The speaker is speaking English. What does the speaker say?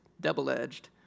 double-edged